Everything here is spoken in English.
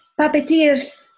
puppeteers